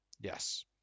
Yes